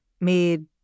made